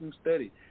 studied